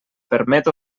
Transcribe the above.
permet